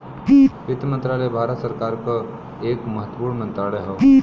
वित्त मंत्रालय भारत सरकार क एक महत्वपूर्ण मंत्रालय हौ